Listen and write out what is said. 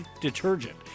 detergent